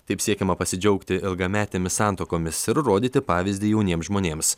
taip siekiama pasidžiaugti ilgametėmis santuokomis ir rodyti pavyzdį jauniem žmonėms